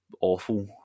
awful